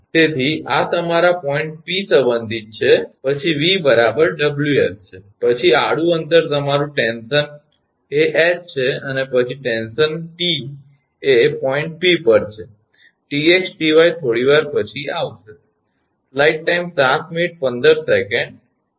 તેથી આ તમારા પોઇન્ટ P સંબંધિત છે પછી V બરાબર WS છે પછી આડું તમારું ટેન્શન એ 𝐻 છે પછી ટેન્શન 𝑇 એ પોઇન્ટ 𝑃 પર છે 𝑇𝑥 𝑇𝑦 થોડી વાર પછી આવશે